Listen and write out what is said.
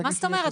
מה זאת אומרת?